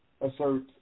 assert